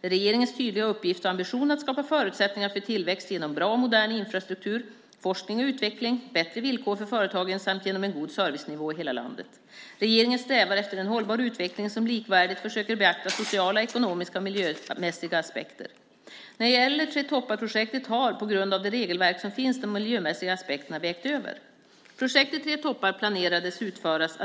Det är regeringens tydliga uppgift och ambition att skapa förutsättningar för tillväxt genom bra och modern infrastruktur, forskning och utveckling, bättre villkor för företagen samt genom en god servicenivå i hela landet. Regeringen strävar efter en hållbar utveckling som likvärdigt försöker beakta sociala, ekonomiska och miljömässiga aspekter. När det gäller Tre toppar-projektet har, på grund av det regelverk som finns, de miljömässiga aspekterna vägt över. Projektet Tre toppar planerades att utföras